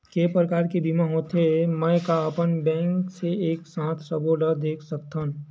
के प्रकार के बीमा होथे मै का अपन बैंक से एक साथ सबो ला देख सकथन?